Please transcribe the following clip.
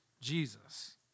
Jesus